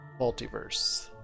Multiverse